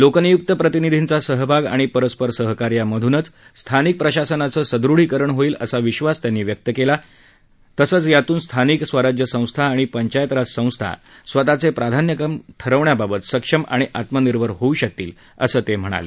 लोकनियुक्त प्रतिनिधींचा सहभाग आणि परस्परसहकार्यामधूनच स्थानिक प्रशासनाचं सदृढीकरण होईल असा विबास व्यक्त करतानाच राज्यपालांनी यामधून स्थानिक स्वराज्य संस्था आणि पंचायतराज संस्था स्वतःचे प्राधान्यक्रम ठरवण्याबाबत सक्षम आणि आत्मनिर्भर होऊ शकतील असं सांगितलं